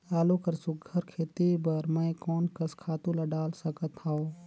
आलू कर सुघ्घर खेती बर मैं कोन कस खातु ला डाल सकत हाव?